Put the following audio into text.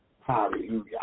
Hallelujah